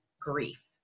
grief